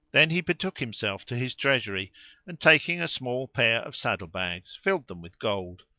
then he betook himself to his treasury and, taking a small pair of saddle-bags, filled them with gold